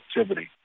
activity